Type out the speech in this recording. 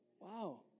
Wow